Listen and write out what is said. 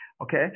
Okay